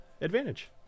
advantage